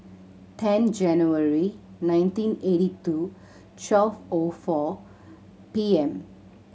ten January nineteen eighty two twelve O four P M